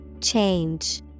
Change